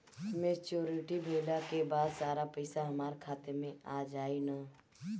Maturity भईला के बाद सारा पईसा हमार खाता मे आ जाई न?